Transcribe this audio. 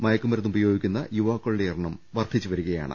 മയക്കുമരുന്ന് ഉപയോഗിക്കു ന്ന യുവാക്കളുടെ എണ്ണം വർധിച്ചു വരികയാണ്